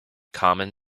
common